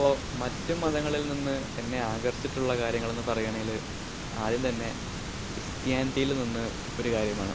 അപ്പോള് മറ്റ് മതങ്ങളിൽ നിന്ന് എന്നെ ആകർഷിച്ചിട്ടുള്ള കാര്യങ്ങളെന്ന് പറയാണെങ്കില് ആദ്യന്തന്നെ ക്രിസ്ത്യാനിറ്റിയിൽ നിന്ന് ഒരു കാര്യമാണ്